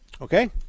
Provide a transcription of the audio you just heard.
Okay